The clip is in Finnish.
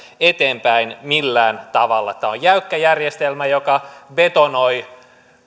eteenpäin millään tavalla tämä on jäykkä järjestelmä joka betonoi